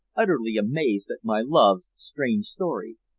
utterly amazed at my love's strange story.